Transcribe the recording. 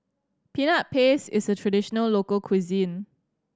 Peanut Paste is a traditional local cuisine